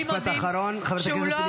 כל היום אתם נגד אזרחי המדינה.